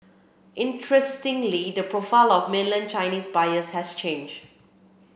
interestingly the profile of mainland Chinese buyers has changed